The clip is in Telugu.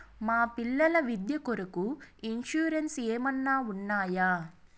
మా పిల్లల విద్య కొరకు ఇన్సూరెన్సు ఏమన్నా ఉన్నాయా?